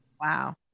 Wow